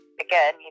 again